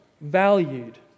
...valued